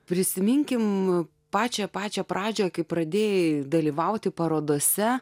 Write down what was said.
prisiminkime pačią pačią pradžią kai pradėjai dalyvauti parodose